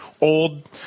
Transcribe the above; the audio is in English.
old